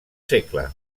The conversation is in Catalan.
segle